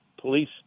police